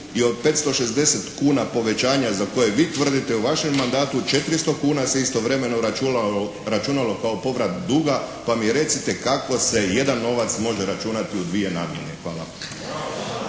i od 560 kuna povećanja za koje vi tvrdite, u vašem mandatu 400 kuna se istovremeno računalo kao povrat duga, pa mi recite kako se jedan novac može računati u dvije namjene. Hvala.